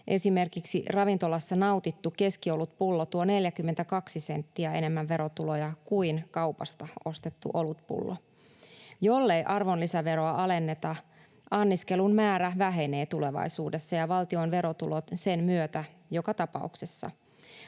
Esimerkiksi ravintolassa nautittu keskiolutpullo tuo 42 senttiä enemmän verotuloja kuin kaupasta ostettu olutpullo. Jollei arvonlisäveroa alenneta, anniskelun määrä vähenee tulevaisuudessa ja valtion verotulot sen myötä joka tapauksessa.